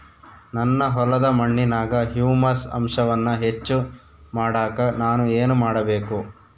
ನನ್ನ ಹೊಲದ ಮಣ್ಣಿನಾಗ ಹ್ಯೂಮಸ್ ಅಂಶವನ್ನ ಹೆಚ್ಚು ಮಾಡಾಕ ನಾನು ಏನು ಮಾಡಬೇಕು?